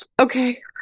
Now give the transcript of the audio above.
okay